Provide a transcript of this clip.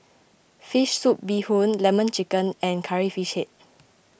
Fish Soup Bee Hoon Lemon Chicken and Curry Fish Head